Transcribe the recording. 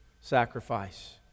sacrifice